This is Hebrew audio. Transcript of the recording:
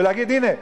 ולהגיד: הנה,